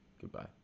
goodbye